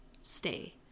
stay